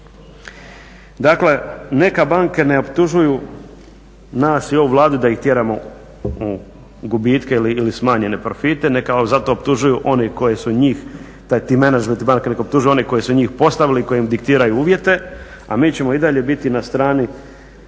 Dakle neka banke ne optužuju nas i ovu Vladu da ih tjeramo u gubitke ili smanjenje profite neka za to optužuju one koji su njih, ti menadžment banke, neka optužuju one koje su njih postavili i koji im diktiraju uvjete a mi ćemo i dalje biti na strani